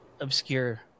obscure